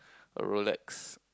a Rolex